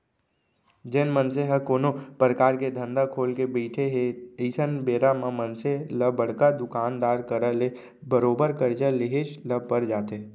जेन मनसे ह कोनो परकार के धंधा खोलके बइठे हे अइसन बेरा म मनसे ल बड़का दुकानदार करा ले बरोबर करजा लेहेच ल पर जाथे